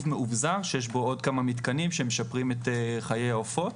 מאובזר שיש בו עוד כמה מתקנים שמשפרים את חיי העופות,